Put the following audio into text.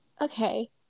Okay